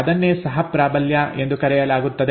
ಅದನ್ನೇ ಸಹ ಪ್ರಾಬಲ್ಯ ಎಂದು ಕರೆಯಲಾಗುತ್ತದೆ